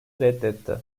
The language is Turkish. reddetti